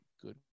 good